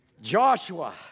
Joshua